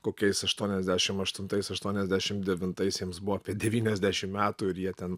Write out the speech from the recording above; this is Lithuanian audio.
kokiais aštuoniasdešim aštuntais aštuoniasdešim devintais jiems buvo apie devyniasdešim metų ir jie ten